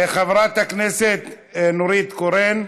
חברת הכנסת נורית קורן,